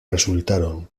resultaron